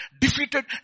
defeated